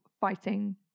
fighting